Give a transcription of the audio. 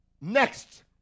Next